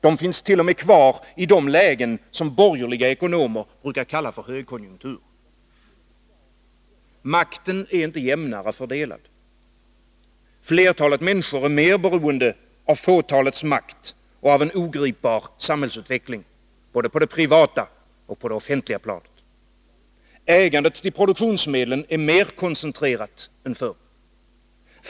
De finns kvar t.o.m. i de lägen som borgerliga ekonomer brukar kalla högkonjunktur. Makten är inte jämnare fördelad. Flertalet människor är mer beroende av fåtalets makt och av en ogripbar samhällsutveckling både på det privata och på det offentliga planet. Ägandet till produktionsmedlen är mer koncentrerat än förr.